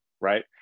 right